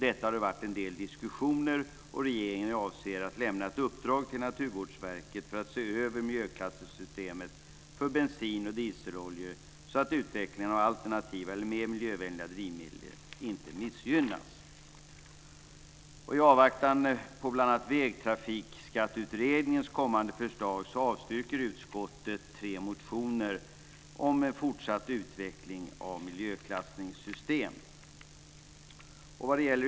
Det har varit en del diskussioner om detta, och regeringen avser att lämna ett uppdrag till Naturvårdsverket för att se över miljöklassystemet för bensin och dieseloljor så att utvecklingen av alternativa eller mer miljövänliga drivmedel inte missgynnas.